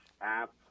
app